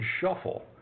shuffle